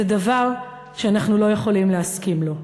זה דבר שאנחנו לא יכולים להסכים לו.